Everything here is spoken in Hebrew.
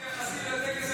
מי זה בעסקת שליט?